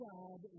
God